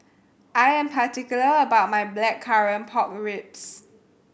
I am particular about my Blackcurrant Pork Ribs